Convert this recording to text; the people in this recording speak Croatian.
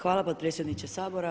Hvala potpredsjedniče Sabora.